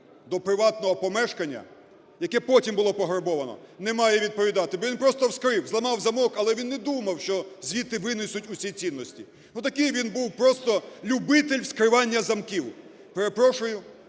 до приватного помешкання, яке потім було пограбовано, не має відповідати, бо він просто скрив, зламав замок, але він не думав, що звідти винесуть усі цінності, ну, такий він був просто любитель вскривання замків. Перепрошую,